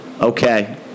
Okay